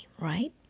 right